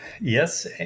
Yes